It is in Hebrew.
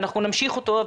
ואנחנו נמשיך אותו.